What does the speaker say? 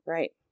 Right